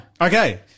Okay